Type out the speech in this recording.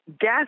gas